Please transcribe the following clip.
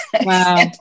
Wow